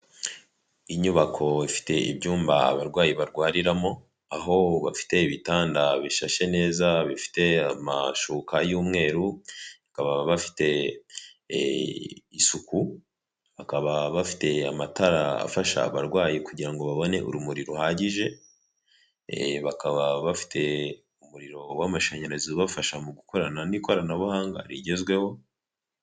Inyubako ifite ibyumba abarwayi barwariramo, aho bafite ibitanda bishashe neza bifite amashuka y'umweru, bakaba bafite isuku, bakaba bafite amatara afasha abarwayi kugira ngo babone urumuri ruhagije, bakaba bafite umuriro w'amashanyarazi ubafasha mu gukorana n'ikoranabuhanga rigezweho